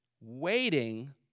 waiting